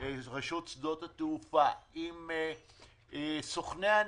רשות שדות התעופה, עם סוכני הנסיעות,